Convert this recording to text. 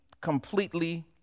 completely